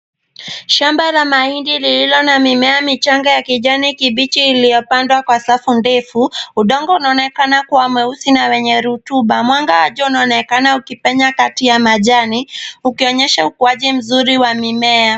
Shamba la mahindi lililo na mimea michanga ya kijani kibichi iliyopandwa kwa safu ndefu. Udongo unaonekana kua mweusi na wenye rutuba. Mwanga wa jua unaonekana ukipenya kati ya majani, ukionyesha ukuaji mzuri wa mimea.